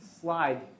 slide